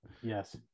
Yes